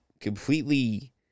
completely